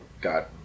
got